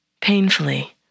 painfully